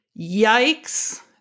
yikes